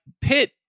Pitt